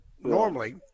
normally